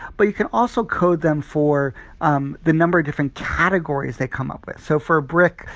but you can also code them for um the number of different categories they come up with. so for a brick,